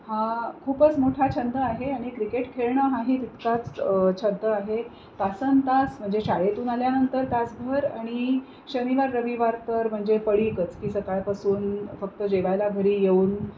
हा खूपच मोठा छंद आहे आणि क्रिकेट खेळणं हा ही तितकाच छंद आहे तासनतास म्हणजे शाळेतून आल्यानंतर तासभर आणि शनिवार रविवार तर म्हणजे पडीकच की सकाळपासून फक्त जेवायला घरी येऊन